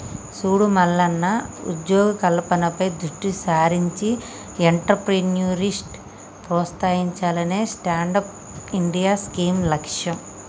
సూడు మల్లన్న ఉద్యోగ కల్పనపై దృష్టి సారించి ఎంట్రప్రేన్యూర్షిప్ ప్రోత్సహించాలనే స్టాండప్ ఇండియా స్కీం లక్ష్యం